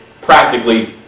practically